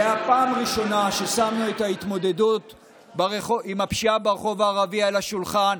זאת פעם ראשונה ששמנו את ההתמודדות עם הפשיעה ברחוב הערבי על השולחן,